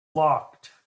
locked